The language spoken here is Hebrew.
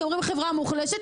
כי אומרים: "חברה מוחלשת",